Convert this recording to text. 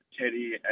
Teddy